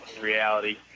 reality